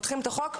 פותחים את החוק,